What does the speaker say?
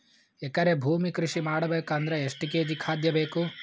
ಎಕರೆ ಭೂಮಿ ಕೃಷಿ ಮಾಡಬೇಕು ಅಂದ್ರ ಎಷ್ಟ ಕೇಜಿ ಖಾದ್ಯ ಬೇಕು?